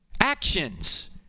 Actions